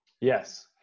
Yes